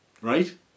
right